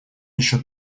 еще